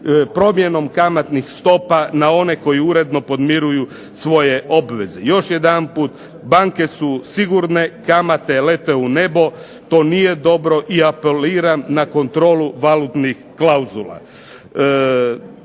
promjenom kamatnih stopa na one koji uredno podmiruju svoje obveze. Još jedanput banke su sigurne, kamate lete u nebo to nije dobro i apeliram na kontrolu valutnih klauzula.